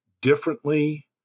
differently